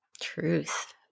Truth